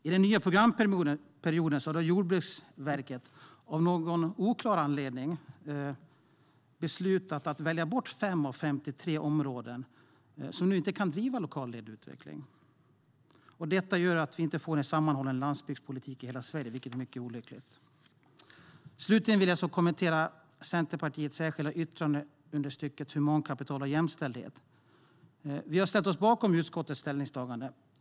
I den nya programperioden har Jordbruksverket av någon oklar anledning beslutat att välja bort fem av 53 områden i Sverige som nu inte kan driva lokalt ledd utveckling. Detta gör att vi inte får en sammanhållen landsbygdspolitik i hela Sverige, vilket är mycket olyckligt. Slutligen vill jag kommentera Centerpartiets särskilda yttrande under rubriken Humankapital och jämställdhet . Vi har ställt oss bakom utskottets ställningstagande.